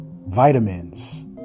Vitamins